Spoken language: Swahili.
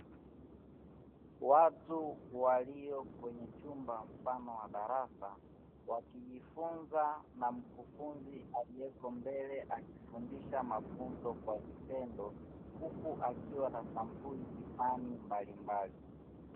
Watu walio kwenye chumba mfano wa darasa, wakijifunza na mkufunzi aliyeko mbele akifundisha mafunzo kwa vitendo, huku akiwa na sampuli kifani mbalimbali.